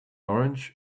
orange